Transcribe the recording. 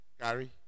Gary